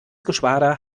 geschwader